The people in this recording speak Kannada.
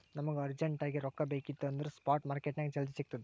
ನಮುಗ ಅರ್ಜೆಂಟ್ ಆಗಿ ರೊಕ್ಕಾ ಬೇಕಿತ್ತು ಅಂದುರ್ ಸ್ಪಾಟ್ ಮಾರ್ಕೆಟ್ನಾಗ್ ಜಲ್ದಿ ಸಿಕ್ತುದ್